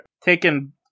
taking